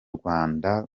rwanda